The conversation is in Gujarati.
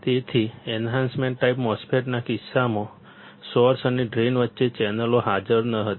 તેથી એન્હાન્સમેન્ટ ટાઈપ MOSFET ના કિસ્સામાં સોર્સ અને ડ્રેઇન વચ્ચે ચેનલો હાજર ન હતી